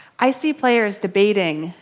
i see players debating,